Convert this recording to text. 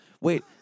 Wait